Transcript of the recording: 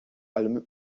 allem